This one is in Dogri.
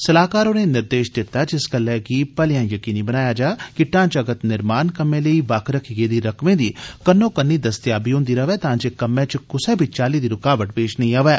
सलाह्कार होरें निर्देष दित्ता जे इस गल्लै गी भलेया जकीनी बनाया जा कि ढांचागत निर्माण कम्मै लेई बक्ख रखी गेदी रकमें दी कन्नोकन्नी दस्तेयाबी होंदी रवै तां जे कम्मै च कुसै चाल्ली दी रूकावट पेष नेई आवै